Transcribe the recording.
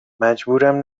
مجبورم